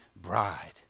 bride